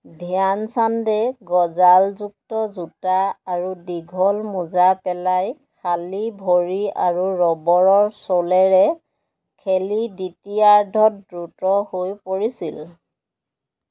ধ্যান চান্দে গজালযুক্ত জোতা আৰু দীঘল মোজা পেলাই খালী ভৰি আৰু ৰবৰৰ চ'লেৰে খেলি দ্বিতীয়াৰ্ধত দ্ৰুত হৈ পৰিছিল